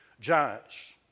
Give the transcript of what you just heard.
giants